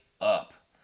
up